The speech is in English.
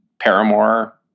Paramore